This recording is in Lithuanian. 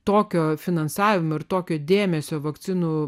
tokio finansavimo ir tokio dėmesio vakcinų